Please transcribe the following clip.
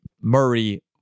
Murray